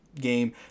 game